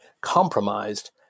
compromised